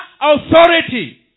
authority